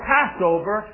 Passover